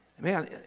Man